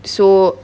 so